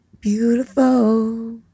beautiful